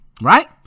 right